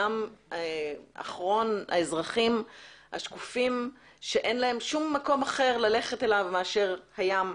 גם אחרון האזרחים השקופים שאין להם שום מקום אחר ללכת אליו אלא לים הזה.